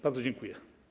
Bardzo dziękuję.